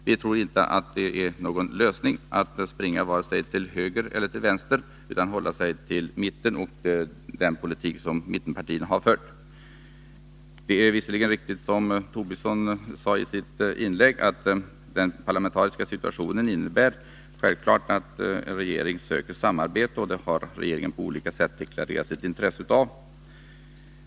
Vi tror inte att det är någon lösning att springa vare sig till höger eller till vänster, utan att det gäller att hålla sig till mitten och den politik som mittenpartierna har fört. Det är visserligen riktigt, som Lars Tobisson sade i sitt inlägg, att den nuvarande parlamentariska situationen innebär att en regering självfallet söker samarbete. Det har regeringen på olika sätt deklarerat sitt intresse av.